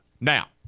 Now